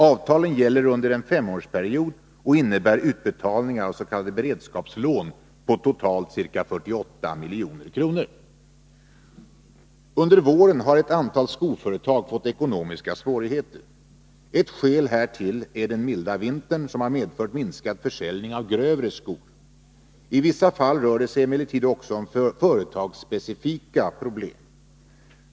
Avtalen gäller under en femårsperiod och innebär utbetalningar av s.k. beredskapslån på totalt ca 48 milj.kr. Under våren har ett antal skoföretag fått ekonomiska svårigheter. Ett skäl härtill är den milda vintern som har medfört minskad försäljning av grövre skor. I vissa fall rör det sig emellertid också om företagsspecifika problem.